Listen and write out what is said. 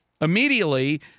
Immediately